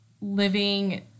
living